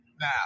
now